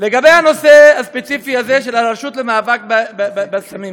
לגבי הנושא הספציפי הזה של הרשות למאבק בסמים,